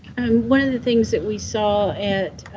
and one of the things that we saw at